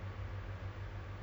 uh